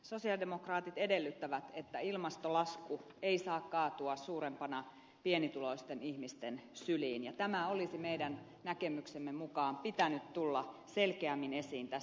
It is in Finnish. sosialidemokraatit edellyttävät että ilmastolasku ei saa kaatua suurempana pienituloisten ihmisten syliin ja tämän olisi meidän näkemyksemme mukaan pitänyt tulla selkeämmin esiin tässä tiedonannossa